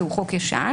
כי הוא חוק ישן.